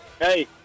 Hey